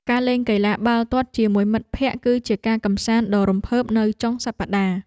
ការលេងកីឡាបាល់ទាត់ជាមួយមិត្តភក្តិ គឺជាការកម្សាន្តដ៏រំភើបនៅចុងសប្តាហ៍។